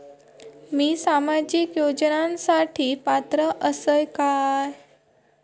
मी सामाजिक योजनांसाठी पात्र असय काय?